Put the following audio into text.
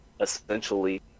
essentially